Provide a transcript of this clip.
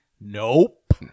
nope